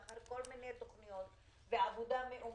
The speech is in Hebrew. לאחר כל מיני תכניות ועבודה מאומצת,